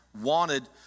wanted